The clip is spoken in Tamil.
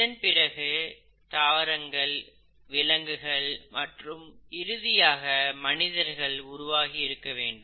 இதன்பிறகு தாவரங்கள் விலங்குகள் மற்றும் இறுதியாக மனிதர்கள் உருவாகி இருக்க வேண்டும்